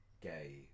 gay